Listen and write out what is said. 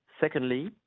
Secondly